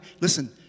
Listen